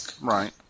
Right